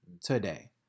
Today